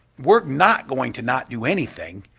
we're not going to not do anything.